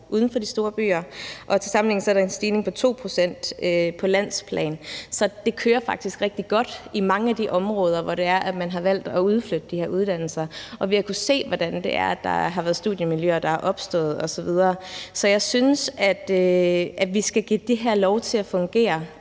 uden for de store byer, og til sammenligning har der været en stigning på 2 pct. på landsplan. Så det kører faktisk rigtig godt i mange af de områder, hvor man har valgt at udflytte de her uddannelser, og vi har kunnet se, at der er studiemiljøer, der er opstået osv. Så jeg synes, at vi skal give det her lov til at fungere